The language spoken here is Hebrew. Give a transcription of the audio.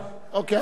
רגע,